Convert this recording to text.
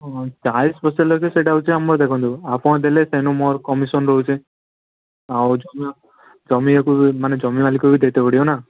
ହଁ ଚାଳିଶ ପଚାଶ ଲକ୍ଷ ସେଇଟା ହେଉଛି ଆମର ଦେଖନ୍ତୁ ଆପଣ ଦେଲେ ସେଉଠୁ ମୋର କମିସନ୍ ରହୁଛି ଆଉ ଜମି ଜମିଆକୁ ମାନେ ଜମିମାଲିକକୁ ଦେଇତେ ପଡ଼ିବ ନା